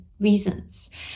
reasons